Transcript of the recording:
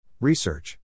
Research